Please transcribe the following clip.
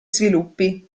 sviluppi